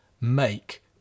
make